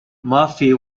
murphy